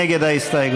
מי נגד ההסתייגות?